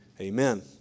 Amen